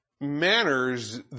manners